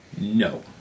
No